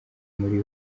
muri